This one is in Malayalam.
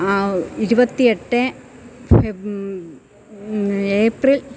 ഇരുപത്തി എട്ട് ഫെബ് ഏപ്രില്